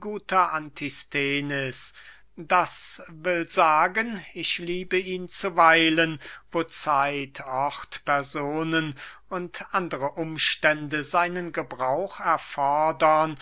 guter antisthenes das will sagen ich liebe ihn zuweilen wo zeit ort personen und andere umstände seinen gebrauch erfordern